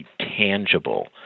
tangible